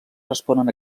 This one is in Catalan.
responen